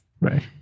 right